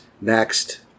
next